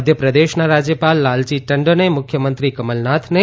મધ્ય પ્રદેશના રાજ્યપાલ લાલજી ટંડને મુખ્યમંત્રી કમલનાથને